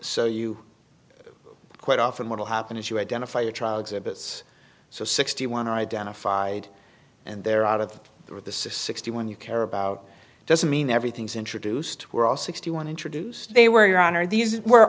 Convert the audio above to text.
so you quite often what'll happen is you identify your trial exhibits so sixty one are identified and they're out of the sixty one you care about doesn't mean everything's introduced were all sixty one introduced they were your honor these were